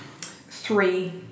three